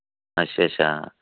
अच्छा अच्छा